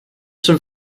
schon